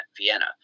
Vienna